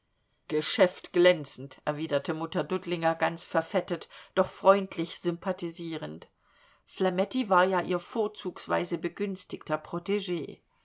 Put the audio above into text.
geschäft glänzend erwiderte mutter dudlinger ganz verfettet doch freundlich sympathisierend flametti war ja ihr vorzugsweise begünstigter